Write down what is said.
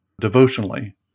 devotionally